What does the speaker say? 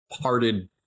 parted